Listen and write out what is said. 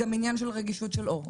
זה גם עניין של רגישות של עור.